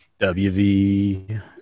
WV